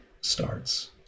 starts